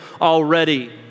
already